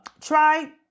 Try